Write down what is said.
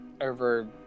over